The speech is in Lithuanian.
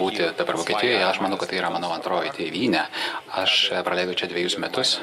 būti dabar vokietijoje aš manau kad tai yra mano antroji tėvynė aš praleidau čia dvejus metus